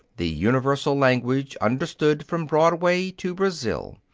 the universal language understood from broadway to brazil.